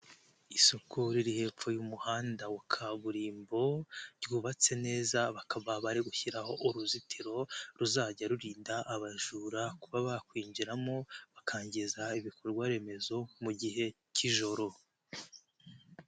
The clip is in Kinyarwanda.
Isoko riri hepfo y'umuhanda wa kaburimbo ryubatse neza bakaba bari gushyiraho uruzitiro ruzajya rurinda abajura kuba bakwinjiramo bakangiza ibikorwaremezo mu gihe cy'ijoro.